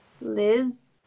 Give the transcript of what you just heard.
Liz